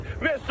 Miss